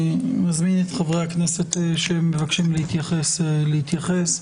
מזמין את חברי הכנסת שמבקשים להתייחס, להתייחס.